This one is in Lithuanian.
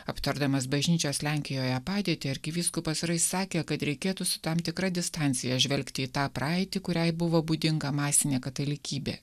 aptardamas bažnyčios lenkijoje padėtį arkivyskupas sakė kad reikėtų su tam tikra distancija žvelgti į tą praeitį kuriai buvo būdinga masinė katalikybė